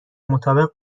مطابق